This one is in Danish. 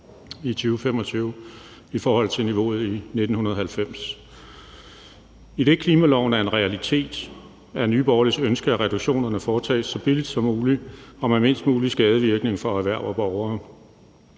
i 2025 i forhold til niveauet i 1990. Idet klimaloven er en realitet, er Nye Borgerliges ønske, at reduktionerne foretages så billigt som muligt og med mindst mulig skadevirkning for erhverv og borgere.